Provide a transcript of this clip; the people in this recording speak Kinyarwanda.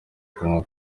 congo